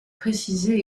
précisée